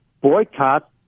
boycott